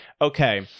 okay